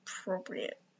appropriate